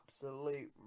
absolute